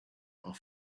are